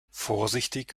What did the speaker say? vorsichtig